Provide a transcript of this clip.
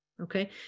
Okay